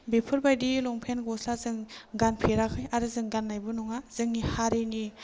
बेफोरबायदि लंफेन गस्ला जों गानफेराखै आरो जों गानननायबो नङा जोंनि हारिनि